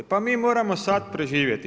Pa mi moramo sad preživjeti.